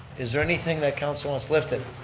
is there anything that council wants lifted?